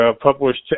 published